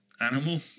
animal